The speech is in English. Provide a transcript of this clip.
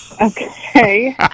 okay